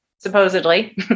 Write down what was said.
supposedly